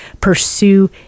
pursue